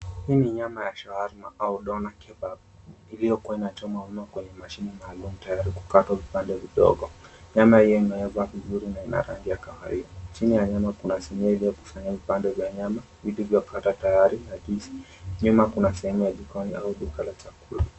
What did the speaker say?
Hii ni nyama ya shawarma ambao dona kebab iliyokuwa inachomwa wima kwenye mashini maalum tayari kukatwa vipande vidogo. Nyama hiyo imeiva vizuri na ina rangi ya kahawia chini ya nyama kuna sinia iliyokusanya vipande vya nyama vilivyokatwa tayari na kazi, nyuma kuna sehemu ya jikoni au duka la chakula.